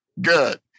good